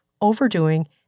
Overdoing